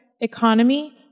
economy